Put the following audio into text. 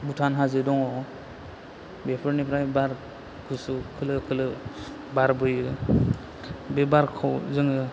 भुटान हाजो दङ बेफोरनिफ्रायनो बार गुसु खोलो खोलो बारबोयो बे बारखौ जोङो